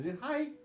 hi